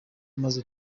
maze